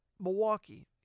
Milwaukee